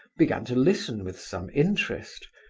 began to listen with some interest,